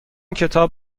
کتاب